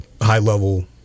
high-level